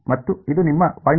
ಮತ್ತು ಇದು ನಿಮ್ಮ ಸರಿ